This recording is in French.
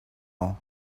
ans